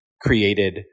created